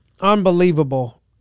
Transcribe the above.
Unbelievable